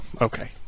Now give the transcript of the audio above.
Okay